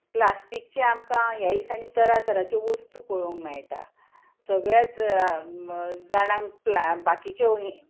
प्लास्टिकची आमकां ह्याय दिसांनी तरां तरांच्यो वस्तू पळोवंक मेळटात सगळेच जाणांक बाकीच्यो ह्यो